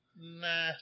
Nah